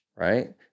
right